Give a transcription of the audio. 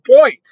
point